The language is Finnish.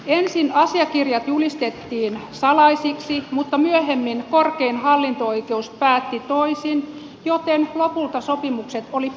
ensin asiakirjat julistettiin salaisiksi mutta myöhemmin korkein hallinto oikeus päätti toisin joten lopulta sopimukset oli pakko avata